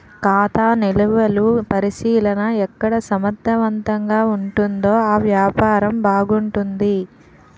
ఖాతా నిలువలు పరిశీలన ఎక్కడ సమర్థవంతంగా ఉంటుందో ఆ వ్యాపారం బాగుంటుంది